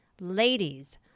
ladies